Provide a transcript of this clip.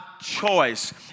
choice